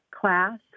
class